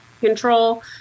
control